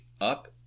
up